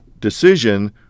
decision